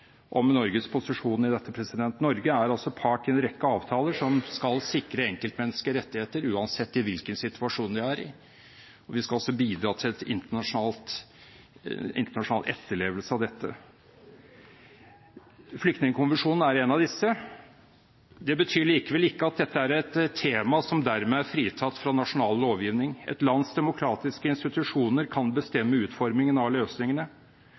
om Norges posisjon i dette. Norge er altså part i en rekke avtaler som skal sikre enkeltmennesket rettigheter, uansett hvilken situasjon de er i, og vi skal også bidra til internasjonal etterlevelse av dette. Flyktningkonvensjonen er en av disse. Det betyr likevel ikke at dette er et tema som dermed er fritatt fra nasjonal lovgivning. Et lands demokratiske institusjoner kan bestemme utformingen av løsningene,